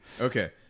Okay